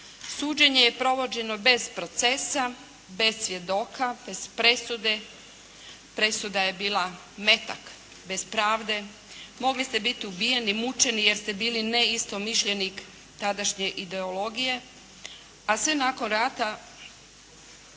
Suđene je provođeno bez procesa, bez svjedoka, bez presuda. Presuda je bila metak bez pravde. Mogli ste biti ubijeni, mučeni jer ste bili neistomišljenik tadašnje ideologije a sve nakon rata